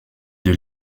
des